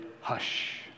hush